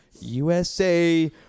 USA